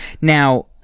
Now